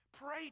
Pray